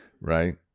Right